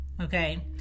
okay